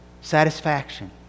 satisfaction